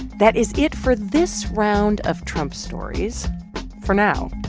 that is it for this round of trump stories for now.